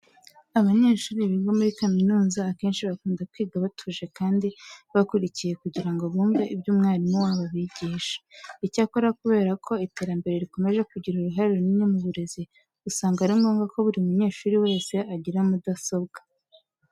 Abanyeshuri biga muri kaminuza akenshi bakunda kwiga batuje kandi bakurikiye kugira ngo bumve ibyo umwarimu wabo abigisha. Icyakora kubera ko iterambere rikomeje kugira uruhare runini mu burezi, usanga ari ngombwa ko buri munyeshuri wese agira mudasobwa.